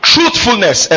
Truthfulness